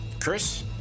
Chris